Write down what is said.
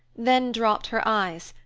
then dropped her eyes,